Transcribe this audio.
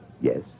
Yes